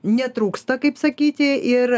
netrūksta kaip sakyti ir